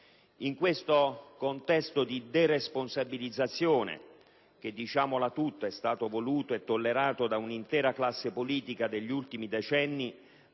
In questo contesto di deresponsabilizzazione che, diciamola tutta, è stato voluto e tollerato da un'intera classe politica degli ultimi decenni,